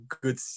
good